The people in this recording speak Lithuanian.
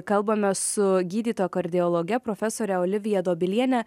kalbamės su gydytoja kardiologe profesore olivija dobiliene